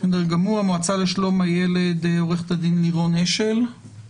המועצה לשלום הילד: עורכת הדין לירון אשל.